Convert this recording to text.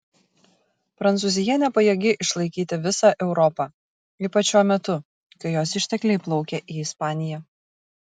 prancūzija nepajėgi išlaikyti visą europą ypač šiuo metu kai jos ištekliai plaukia į ispaniją